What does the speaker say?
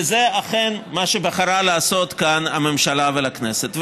וזה אכן מה שבחרה לעשות כאן הממשלה והכנסת.